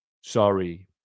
sorry